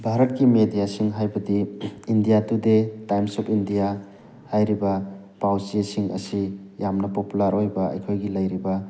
ꯚꯥꯔꯠꯀꯤ ꯃꯦꯗꯤꯌꯥꯁꯤꯡ ꯍꯥꯏꯕꯗꯤ India today times of India ꯍꯥꯏꯔꯤꯕ ꯄꯥꯎꯆꯦꯁꯤꯡ ꯑꯁꯤ ꯌꯥꯝꯅ ꯄꯣꯄꯨꯂꯔ ꯑꯣꯏꯕ ꯑꯩꯈꯣꯏꯒꯤ ꯂꯩꯔꯤꯕ